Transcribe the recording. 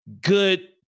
good